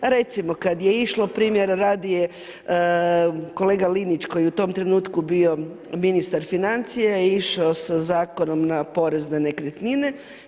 Recimo kad je išlo primjera radi je kolega Linić koji je u tom trenutku bio ministar financija, je išao sa zakonom na porez na nekretnine.